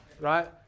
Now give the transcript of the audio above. right